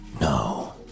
No